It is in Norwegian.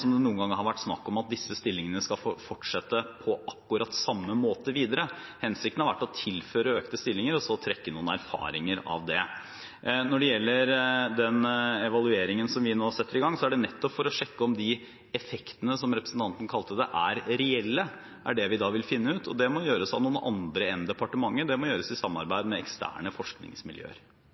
som om det noen gang har vært snakk om at disse stillingene skal fortsette på akkurat samme måte videre. Hensikten har vært å tilføre økte stillinger og så trekke noen erfaringer av det. Når det gjelder den evalueringen som vi nå setter i gang med, er det nettopp for å sjekke om de effektene, som representanten kalte det, er reelle. Det er det vi da vil finne ut, og det må gjøres av noen andre enn departementet; det må gjøres i samarbeid med eksterne forskningsmiljøer.